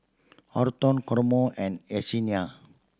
Horton Kamron and Yesenia